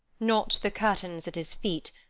not the curtains at his feet,